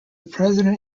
president